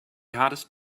hardest